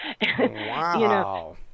Wow